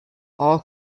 all